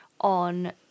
on